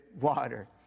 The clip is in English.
water